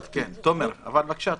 תומר, בבקשה.